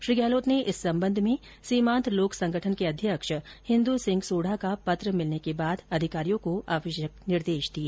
श्री गहलोत ने इस संबंध में सीमांत लोक संगठन के अध्यक्ष हिन्दू सिंह सोढ़ा का पत्र मिलने के बाद अधिकारियों को निर्देश दिए